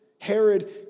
Herod